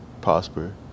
prosper